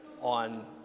on